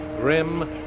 Grim